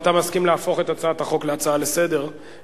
אתה מסכים להפוך את הצעת החוק להצעה לסדר-היום,